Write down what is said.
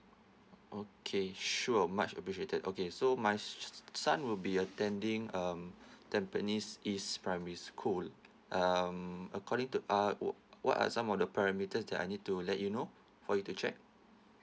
okay sure much appreciated okay so my son will be attending um tampines east primary school um according to uh what are some of the parameters that I need to let you know for you to check